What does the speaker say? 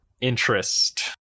interest